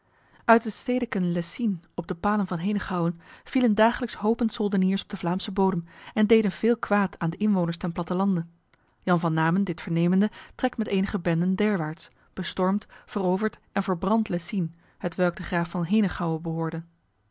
uit het stedeken lessines op de palen van henegouwen vielen dagelijks hopen soldeniers op de vlaamse bodem en deden veel kwaad aan de inwoners ten platten lande jan van namen dit vernemende trekt met enige benden derwaarts bestormt verovert en verbrandt lessines hetwelk de graaf van henegouwen behoorde